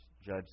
judge